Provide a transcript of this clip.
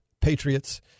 patriots